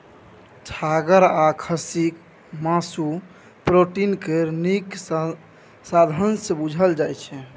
छागर आ खस्सीक मासु प्रोटीन केर नीक साधंश बुझल जाइ छै